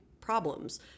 problems